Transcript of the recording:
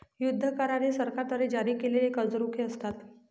युद्ध करार हे सरकारद्वारे जारी केलेले कर्ज रोखे असतात